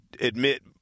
admit